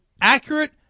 accurate